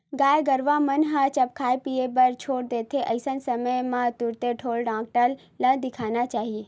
गाय गरुवा मन ह जब खाय पीए बर छोड़ देथे अइसन समे म तुरते ढ़ोर डॉक्टर ल देखाना चाही